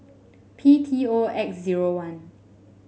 P T O X zero one